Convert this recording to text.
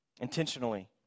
Intentionally